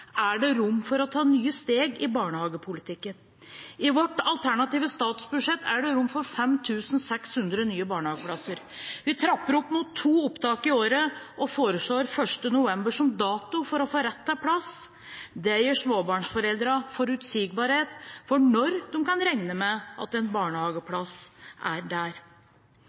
er det rom for å ta nye steg i barnehagepolitikken. I vårt alternative statsbudsjett er det rom for 5 600 nye barnehageplasser. Vi trapper opp med to opptak i året og foreslår 1. november som dato for å få rett til plass. Det gir småbarnsforeldre forutsigbarhet for når de kan regne med at en barnehageplass er der.